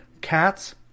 cats